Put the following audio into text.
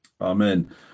Amen